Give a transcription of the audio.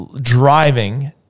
driving